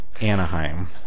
Anaheim